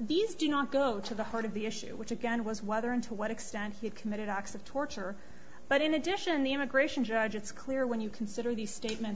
these do not go to the heart of the issue which again was whether and to what extent he committed acts of torture but in addition the immigration judge it's clear when you consider these statements